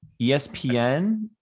ESPN